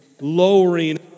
lowering